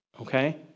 okay